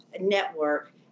network